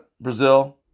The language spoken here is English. Brazil